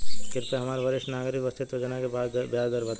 कृपया हमरा वरिष्ठ नागरिक बचत योजना के ब्याज दर बताई